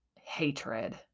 hatred